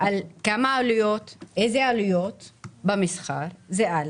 על כמה העלויות, איזה עלויות במסחר, זה א'.